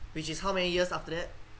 which is how many years after that